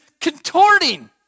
contorting